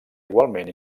igualment